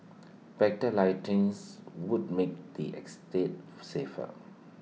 better lightings would make the estate safer